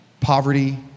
Poverty